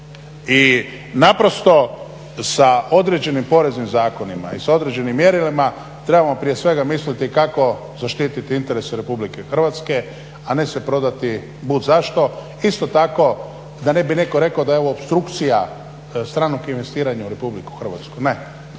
I naprosto sa određenim poreznim zakonima i sa određenim mjerilima trebamo prije svega misliti kako zaštiti interes RH a ne se prodati bud zašto. Isto tako da ne bi netko rekao da je ovo opstrukcija stranog investiranja u RH, ne.